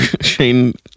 Shane